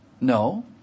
No